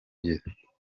byiza